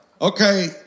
okay